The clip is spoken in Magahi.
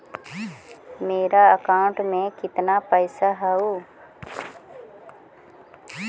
मेरा अकाउंटस में कितना पैसा हउ?